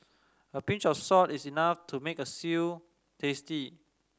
a pinch of salt is enough to make a stew tasty